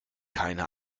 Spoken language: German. keine